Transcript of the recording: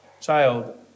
child